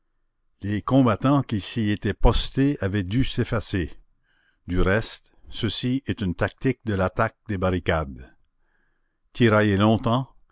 les combattants qui s'y étaient postés avaient dû s'effacer du reste ceci est une tactique de l'attaque des barricades tirailler longtemps